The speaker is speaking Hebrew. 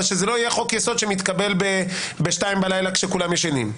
אבל שזה לא יהיה חוק-יסוד שמתקבל ב-02:00 בלילה כשכולם ישנים.